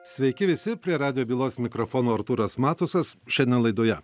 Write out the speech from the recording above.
sveiki visi prie radijo bylos mikrofono artūras matusas šiandien laidoje